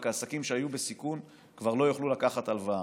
רק שהעסקים שהיו בסיכון כבר לא יוכלו לקחת הלוואה,